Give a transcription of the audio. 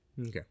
Okay